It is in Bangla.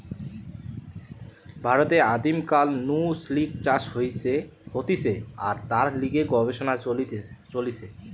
ভারতে আদিম কাল নু সিল্ক চাষ হতিছে আর তার লিগে গবেষণা চলিছে